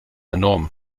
enorm